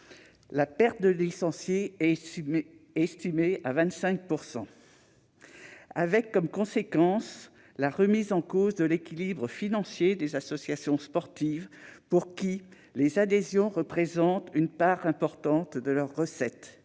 La perte de licenciés est estimée à 25 %, ce qui a pour conséquence la remise en cause de l'équilibre financier des associations sportives, les adhésions représentant une part importante des recettes,